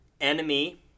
Enemy